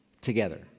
together